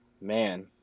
man